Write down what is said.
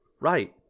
Right